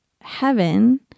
heaven